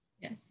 Yes